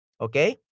okay